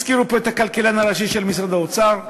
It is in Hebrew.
הזכירו פה את הכלכלן הראשי של משרד האוצר.